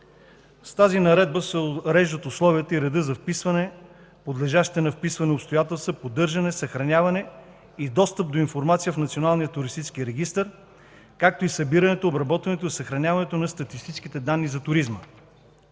С тази Наредба се уреждат условията и реда за вписване, подлежащите на вписване обстоятелства, поддържане, съхраняване и достъп до информацията в Националния туристически регистър, както и събирането, обработването и съхраняването на статистическите данни за туризма.